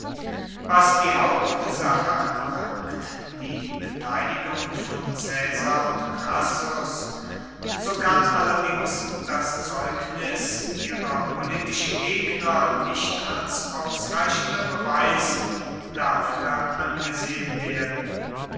was die hauptsache anlangt die beteiligung von caesar und crassus so kann allerdings das zeugnis ihrer politischen gegner nicht als ausreichender beweis dafür angesehen werden